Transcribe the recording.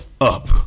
up